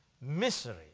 Misery